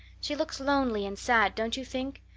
she looks lonely and sad, don't you think?